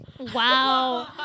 Wow